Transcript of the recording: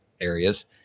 areas